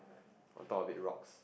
on top of the rocks